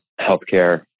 healthcare